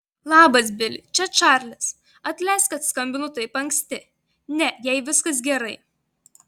labas bili čia čarlis atleisk kad skambinu taip anksti ne jai viskas gerai